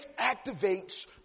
activates